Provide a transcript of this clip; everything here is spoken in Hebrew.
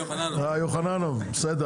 יוחננוף, בסדר.